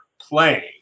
playing